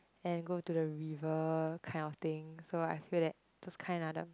and go to the river kind of thing so I feel like those kind are the